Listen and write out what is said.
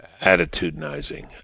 attitudinizing